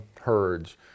herds